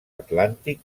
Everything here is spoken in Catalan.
atlàntic